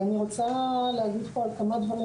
אני רוצה להגיב כאן על כמה דברים,